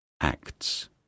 acts